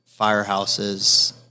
firehouses